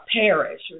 perish